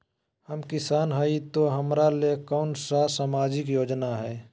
हम किसान हई तो हमरा ले कोन सा सामाजिक योजना है?